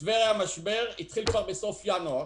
בטבריה המשבר התחיל כבר בסוף ינואר.